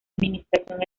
administración